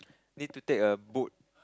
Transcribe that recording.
need to take a boat